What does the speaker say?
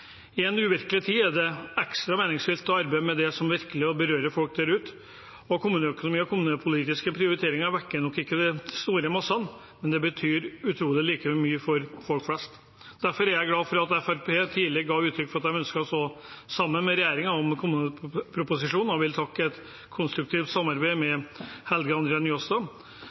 i kommunene. I en uvirkelig tid er det ekstra meningsfullt å arbeide med det som virkelig berører folk der ute. Kommuneøkonomi og kommunepolitiske prioriteringer vekker nok ikke de store massene, men betyr likevel utrolig mye for folk flest. Derfor er jeg glad for at Fremskrittspartiet tidlig ga uttrykk for at de ønsket å stå sammen med regjeringen om kommuneproposisjonen, og jeg vil takke for et konstruktivt samarbeid med Helge André Njåstad.